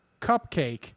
cupcake